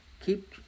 keep